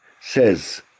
says